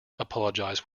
apologized